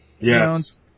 Yes